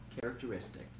characteristic